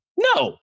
No